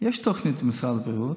יש תוכנית למשרד הבריאות.